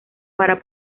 para